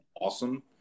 awesome